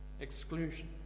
exclusion